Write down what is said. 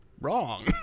wrong